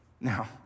Now